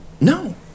no